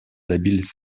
добились